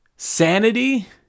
Sanity